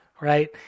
right